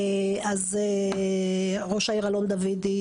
אז ראש העיר אלון דוידי.